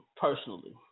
personally